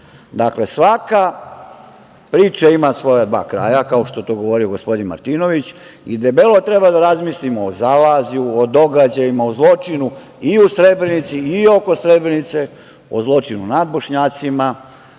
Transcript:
godinu. Dakle, svaka priča ima svoja dva kraja, kao što je to govorio gospodin Martinović, i debelo treba da razmislimo o zalazju, o događajima, o zločinu i u Srebrenici i oko Srebrenice, o zločinu nad Bošnjacima,